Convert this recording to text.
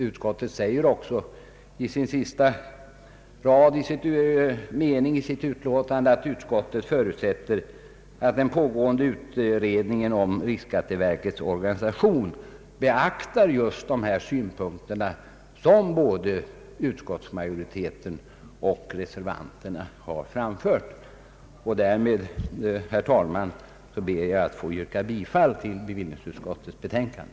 Utskottet säger också i slutet av sitt utlåtande: »Utskottet förutsätter att den pågående utredningen om riksskatteverkets organisation beaktar dessa synpunkter.» Därmed ber jag, herr talman, att få yrka bifall till bevillningsutskottets betänkande.